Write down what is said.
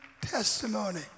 testimony